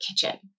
kitchen